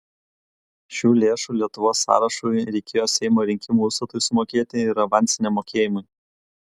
šių lėšų lietuvos sąrašui reikėjo seimo rinkimų užstatui sumokėti ir avansiniam mokėjimui